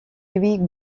louis